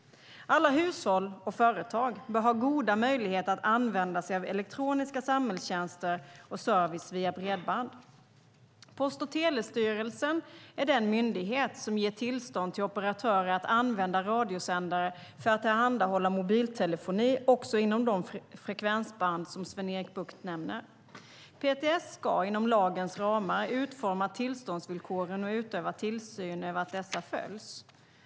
Alla hushåll och företag bör ha goda möjligheter att använda sig av elektroniska samhällstjänster och service via bredband. Post och telestyrelsen, PTS, är den myndighet som ger tillstånd till operatörer att använda radiosändare för att tillhandahålla mobiltelefoni, också inom de frekvensband som Sven-Erik Bucht nämner. PTS ska inom lagens ramar utforma tillståndsvillkoren och utöva tillsyn över att dessa följs.